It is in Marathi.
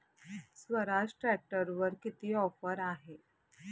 स्वराज ट्रॅक्टरवर किती ऑफर आहे?